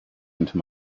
into